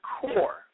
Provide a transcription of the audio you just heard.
core